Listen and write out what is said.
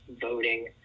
voting